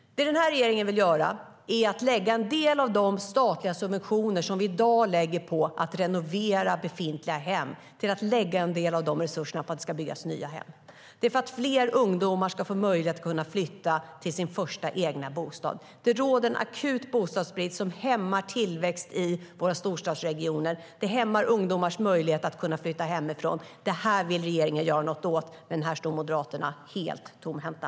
Det den här regeringen vill göra är att lägga en del av de statliga subventioner och resurser som vi i dag lägger på att renovera befintliga hem på att bygga nya hem. Det är för att fler ungdomar ska få möjlighet att flytta till sin första egna bostad. Det råder en akut bostadsbrist som hämmar tillväxt i våra storstadsregioner och hämmar ungdomars möjligheter att flytta hemifrån. Det här vill regeringen göra något åt, men här står Moderaterna helt tomhänta.